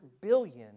billion